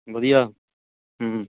ਵਧੀਆ ਹੂੰ ਹੂੰ